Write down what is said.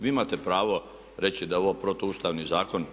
Vi imate pravo reći da je ovo protu ustavni zakon.